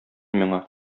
миңа